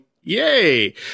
yay